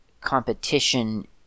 competition